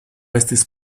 estis